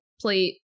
plate